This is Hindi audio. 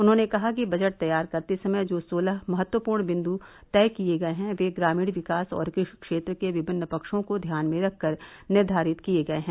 उन्होंने कहा कि बजट तैयार करते समय जो सोलह महत्वपूर्ण बिंदु तय किए गए हैं वे ग्रामीण विकास और कृषि क्षेत्र के विभिन्न पक्षों को ध्यान में रखकर निर्घारित किए गए हैं